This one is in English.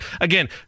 again